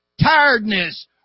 tiredness